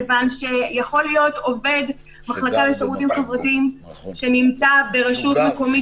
מכיוון שיכול להיות עובד מחלקה לשירותים חברתיים שנמצא ברשות מקומית